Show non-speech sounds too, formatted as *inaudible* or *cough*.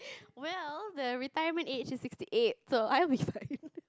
well the retirement age is sixty eight so I'll be like *laughs*